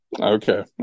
Okay